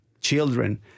children